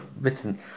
written